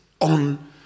on